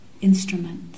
instrument